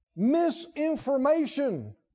Misinformation